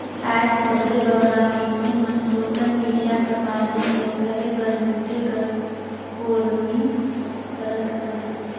आएज सबले बगरा मइनसे मन सोसल मिडिया कर माध्यम ले कहे बर लूटे कर कोरनिस करत अहें